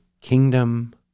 kingdom